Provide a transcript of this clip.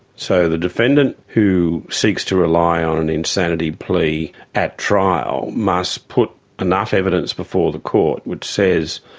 so the defendant who seeks to rely on an insanity plea at trial must put enough evidence before the court which says,